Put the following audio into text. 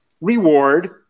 Reward